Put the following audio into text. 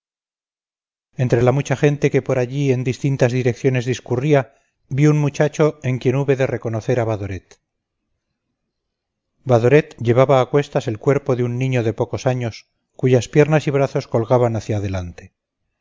entre la mucha gente que por allí en distintas direcciones discurría vi un muchacho en quien hube de reconocer a badoret badoret llevaba a cuestas el cuerpo de un niño de pocos años cuyas piernas y brazos colgaban hacia adelante